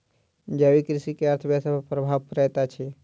जैविक कृषि के अर्थव्यवस्था पर प्रभाव पड़ैत अछि